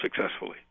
successfully